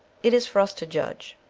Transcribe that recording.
it is for us to judge.